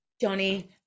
Johnny